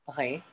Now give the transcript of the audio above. Okay